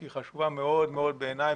שהיא חשובה מאוד מאוד בעיניי,